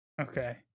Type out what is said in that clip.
Okay